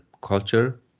culture